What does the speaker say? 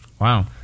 Wow